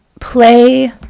play